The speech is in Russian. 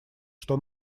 что